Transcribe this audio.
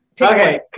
Okay